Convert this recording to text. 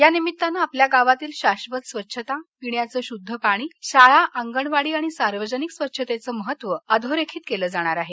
या निमित्तानं आपल्या गावातील शाधत स्वच्छता पिण्याचं शुद्ध पाणी शाळा अंगणवाडी आणि सार्वजनिक स्वच्छतेचं महत्त्व अधोरेखित केलं जाणार आहे